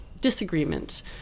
disagreement